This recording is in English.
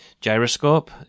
gyroscope